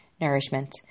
nourishment